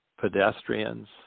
pedestrians